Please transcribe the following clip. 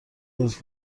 لطف